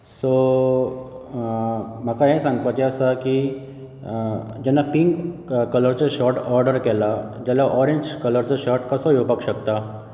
so म्हाका हें सांगपाचें आसा की जेन्ना पिंक कलरचो शर्ट ऑर्डर केला जाल्यार ऑरेंज कलरचो शर्ट कसो येवपाक शकता